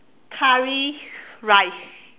curry rice